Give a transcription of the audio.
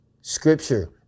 Scripture